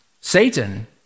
Satan